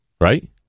Right